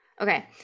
Okay